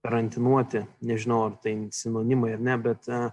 karantinuoti nežinau ar tai sinonimai ar ne bet